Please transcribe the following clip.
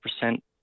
percent